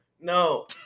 No